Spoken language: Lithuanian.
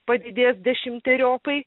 padidės dešimteriopai